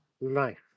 life